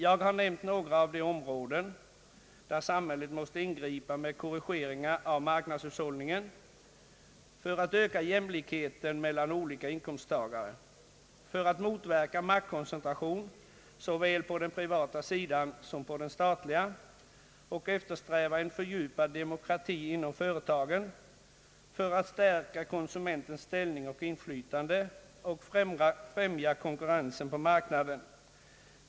Jag har nämnt några av de områden där samhället måste ingripa med korrigeringar av marknadshushållningen för att öka jämlikheten mellan olika inkomsttagare, för att motverka maktkoncentration såväl på den privata sidan som på den statliga och eftersträva en fördjupad demokrati inom företagen samt för att stärka konsumenternas ställning och inflytande och främja konkurrensen på marknaden.